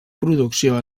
producció